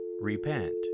Repent